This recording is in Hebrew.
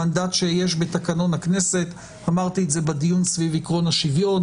המנדט שיש בתקנון הכנסת אמרתי את זה בדיון על עיקרון השוויון,